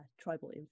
tribal